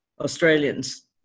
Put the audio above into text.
Australians